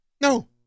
No